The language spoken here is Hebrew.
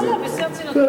לא לא, בשיא הרצינות.